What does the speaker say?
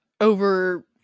over